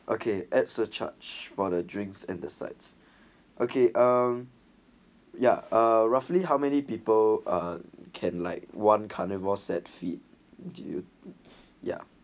okay at surcharge for the drinks and the site's okay um yeah uh roughly how many people are can like one carnivore set feed you ya